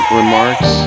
remarks